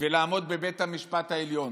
ולעמוד בבית המשפט העליון.